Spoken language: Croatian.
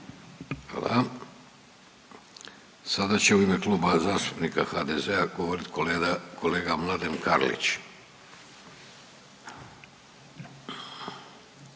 Hvala. Sada će u ime Kluba zastupnika HDZ-a govorit kolega Mladen Karlić, jedan